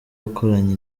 wakoranye